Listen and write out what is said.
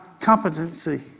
competency